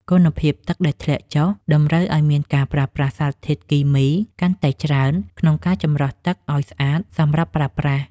គុណភាពទឹកដែលធ្លាក់ចុះតម្រូវឱ្យមានការប្រើប្រាស់សារធាតុគីមីកាន់តែច្រើនក្នុងការចម្រោះទឹកឱ្យស្អាតសម្រាប់ប្រើប្រាស់។